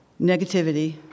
negativity